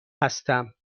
هستم